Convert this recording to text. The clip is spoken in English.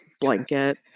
blanket